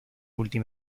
última